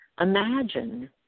Imagine